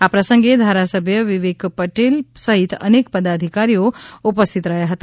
આ પ્રસંગે ધારાસભ્ય વિવિક પટેલ સહિત અનેક પદાધિકારીઓ ઉપસ્થિત રહ્યાં હતા